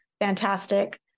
fantastic